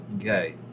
Okay